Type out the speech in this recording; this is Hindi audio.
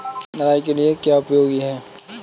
निराई के लिए क्या उपयोगी है?